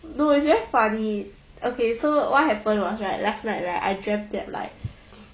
no it's very funny okay so what happened was right last night right I dreamt that like